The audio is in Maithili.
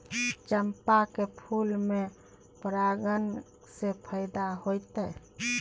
चंपा के फूल में परागण से फायदा होतय?